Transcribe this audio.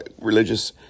religious